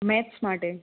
maths માટે